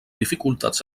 dificultats